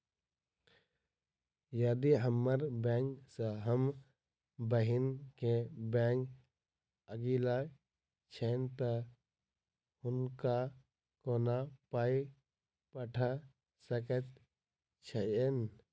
यदि हम्मर बैंक सँ हम बहिन केँ बैंक अगिला छैन तऽ हुनका कोना पाई पठा सकैत छीयैन?